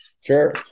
Sure